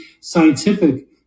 scientific